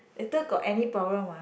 later got any problem what